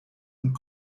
und